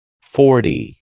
Forty